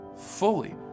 Fully